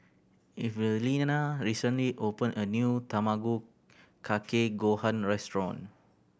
Evelena recently opened a new Tamago Kake Gohan restaurant